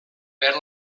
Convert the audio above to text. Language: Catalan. perd